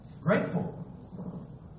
grateful